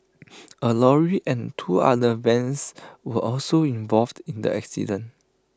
A lorry and two other vans were also involved in the accident